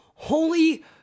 Holy